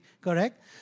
correct